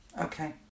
Okay